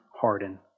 harden